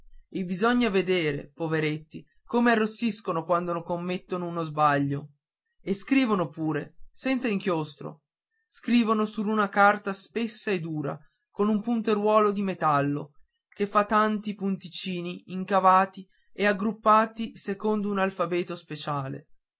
e bisogna vedere poveretti come arrossiscono quando commettono uno sbaglio e scrivono pure senza inchiostro scrivono sur una carta spessa e dura con un punteruolo di metallo che fa tanti punticini incavati e aggrappati secondo un alfabeto speciale